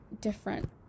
different